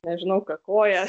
nežinau kakoją